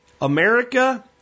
America